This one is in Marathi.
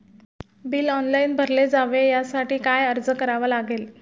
बिल ऑनलाइन भरले जावे यासाठी काय अर्ज करावा लागेल?